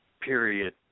period